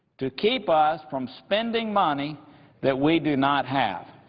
to keep us from spending money that we do not have.